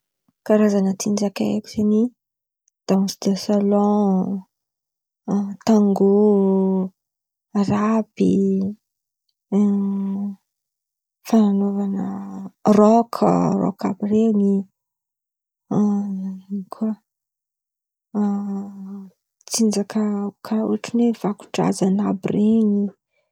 Karazan̈a tsinjaka haiko zen̈y: dansy desalon, tangô, rapy fanaovana rôka rôky àby ren̈y. ino koa? Tsinjaka kà otriny hoe vakodrazana àby ren̈y.